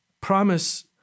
promise